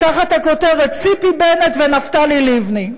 תחת הכותרת: "ציפי בנט ונפתלי לבני".